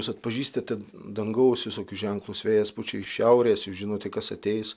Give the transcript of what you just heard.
jūs atpažįstate dangaus visokius ženklus vėjas pučia iš šiaurės jūs žinote kas ateis